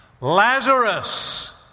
Lazarus